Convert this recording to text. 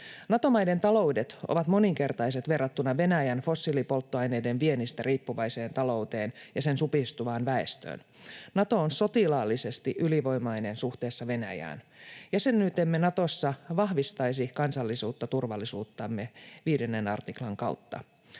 Nato-maiden taloudet ovat moninkertaiset verrattuna Venäjän fossiilipolttoaineiden viennistä riippuvaiseen talouteen ja sen supistuvaan väestöön. Nato on sotilaallisesti ylivoimainen suhteessa Venäjään. Jäsenyytemme Natossa vahvistaisi kansallista turvallisuuttamme 5 artiklan kautta.